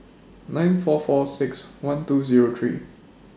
nine four four six one two Zero three